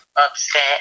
upset